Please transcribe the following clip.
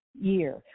year